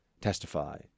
testify